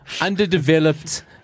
underdeveloped